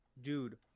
Dude